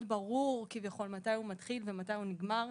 ברור כביכול מתי הוא מתחיל ומתי הוא נגמר,